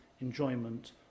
enjoyment